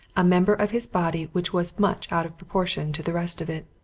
a member of his body which was much out of proportion to the rest of it.